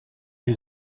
new